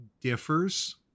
differs